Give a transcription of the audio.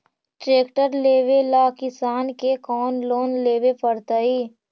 Tractor लेवेला किसान के कौन लोन लेवे पड़तई?